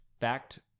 fact